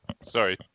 sorry